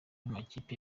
makipe